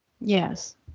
Yes